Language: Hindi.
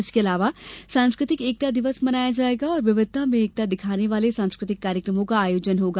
इसकेअलावा सांस्कृतिक एकता दिवस मनाया जाएगा और विविघता में एकता दिखाने वाले सांस्कृतिक कार्यक्रमों का आयोजन भी होगा